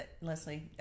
Leslie